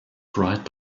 bright